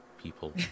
people